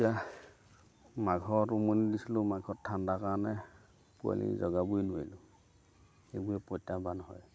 এতিয়া মাঘত উমনি দিছিলোঁ মাঘত ঠাণ্ডাৰ কাৰণে পোৱালি জগাবই নোৱাৰিলোঁ এইবোৰে প্ৰত্যাহ্বান হয়